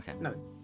No